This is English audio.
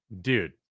dude